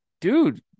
dude